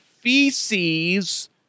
feces